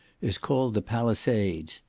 is called the palisados.